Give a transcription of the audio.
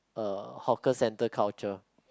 uh hawker centre culture